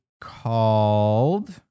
called